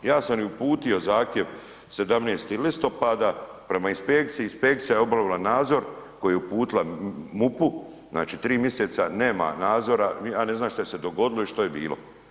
Ja sam uputio zahtjev 17. listopada prema inspekciji, inspekcija je obavila nadzor koji je uputila MUP-u, znači tri miseca nema nazora i ja ne znam što se je dogodilo i što je bilo.